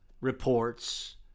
reports